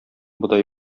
бодай